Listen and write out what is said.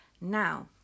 Now